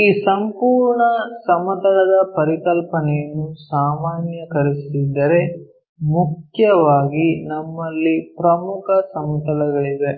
ಈ ಸಂಪೂರ್ಣ ಸಮತಲದ ಪರಿಕಲ್ಪನೆಯನ್ನು ಸಾಮಾನ್ಯೀಕರಿಸುತ್ತಿದ್ದರೆ ಮುಖ್ಯವಾಗಿ ನಮ್ಮಲ್ಲಿ ಪ್ರಮುಖ ಸಮತಲಗಳಿವೆ